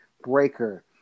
Breaker